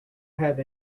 have